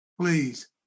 please